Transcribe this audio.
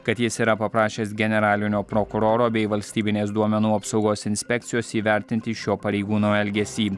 kad jis yra paprašęs generalinio prokuroro bei valstybinės duomenų apsaugos inspekcijos įvertinti šio pareigūno elgesį